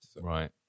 Right